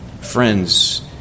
Friends